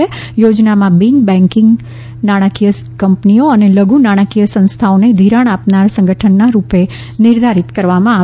આ યોજનામાં બિન બેન્કિંગ નાણાંકીય કંપનીઓ અને લધુ નાણાંકીય સંસ્થાઓને ઘિરાણ આપનાર સંગઠનના રૂપે નિર્ધારિત કરવામાં આવેલ છે